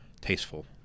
tasteful